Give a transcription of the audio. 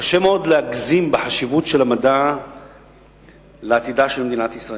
קשה מאוד להגזים בחשיבות של המדע לעתידה של מדינת ישראל,